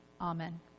Amen